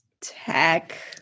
Tech